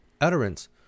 utterance